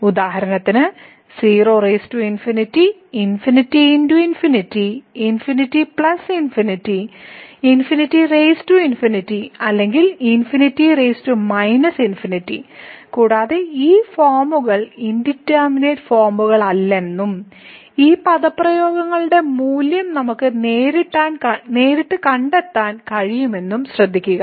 ഉദാഹരണത്തിന് ∞×∞∞∞∞∞ അല്ലെങ്കിൽ ∞∞ കൂടാതെ ഈ ഫോമുകൾ ഇൻഡിറ്റർമിനേറ്റ് ഫോമുകളല്ലെന്നും ഈ പദപ്രയോഗങ്ങളുടെ മൂല്യം നമുക്ക് നേരിട്ട് കണ്ടെത്താൻ കഴിയുമെന്നും ശ്രദ്ധിക്കുക